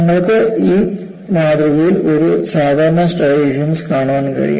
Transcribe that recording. നിങ്ങൾക്ക് ഒരു മാതൃകയിൽ ഒരു സാധാരണ സ്ട്രൈയേഷൻസ് കാണാൻ കഴിയും